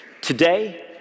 Today